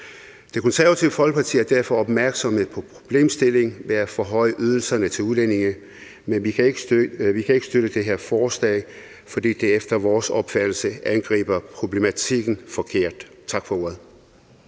Det Konservative Folkeparti er derfor opmærksomme på problemstillingen med at forhøje ydelserne til udlændinge, men vi kan ikke støtte det her forslag, fordi det efter vores opfattelse angriber problematikken forkert. Tak for ordet.